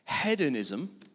Hedonism